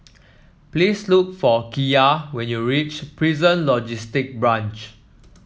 please look for Kiya when you reach Prison Logistic Branch